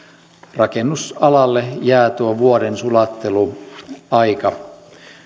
rakennusalalle jää tuo vuoden sulatteluaika